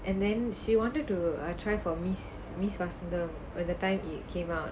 and then she wanted to try for miss miss vasantham by the time it came out